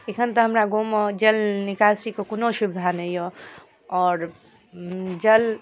एखन तऽ हमरा गाँवमे जल निकासीके कोनो सुविधा नहि यऽ आओर जल